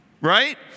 right